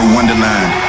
Wonderland